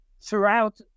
throughout